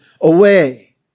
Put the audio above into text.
away